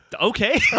Okay